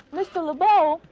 mr. lebow,